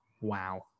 wow